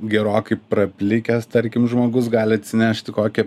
gerokai praplikęs tarkim žmogus gali atsinešti kokią